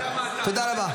תודה רבה.